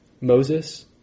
Moses